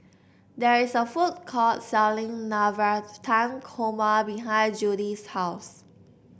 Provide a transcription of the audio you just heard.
there is a food court selling Navratan Korma behind Judi's house